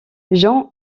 jean